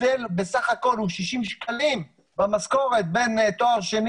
בסך הכול 60 שקלים במשכורת בין תואר שני